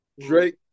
Drake